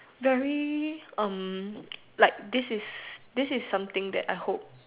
very um like this is this is something that I hope